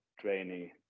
training